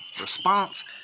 response